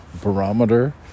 barometer